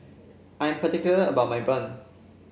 I'm particular about my bun